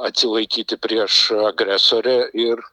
atsilaikyti prieš agresorę ir